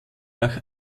nach